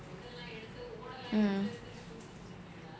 mm